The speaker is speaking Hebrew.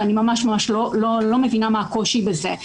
ואני ממש לא מבינה מה הקושי בזה.